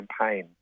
campaign